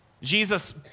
Jesus